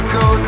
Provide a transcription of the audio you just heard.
go